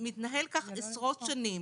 זה מתנהל כך עשרות שנים.